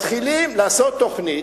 מתחילים לעשות תוכנית.